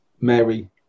Mary